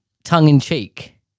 tongue-in-cheek